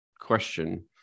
question